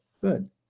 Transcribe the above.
good